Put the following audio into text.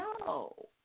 No